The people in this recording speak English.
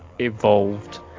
evolved